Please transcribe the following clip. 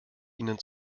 ihnen